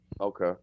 Okay